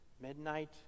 midnight